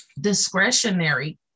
discretionary